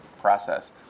process